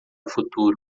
futuro